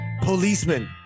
policemen